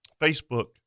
Facebook